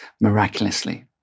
miraculously